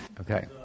Okay